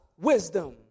wisdom